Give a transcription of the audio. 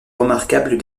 remarquables